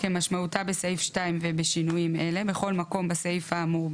כמשמעותה בסעיף 2 ובשינויים אלה: בכל מקום בסעיף האמור,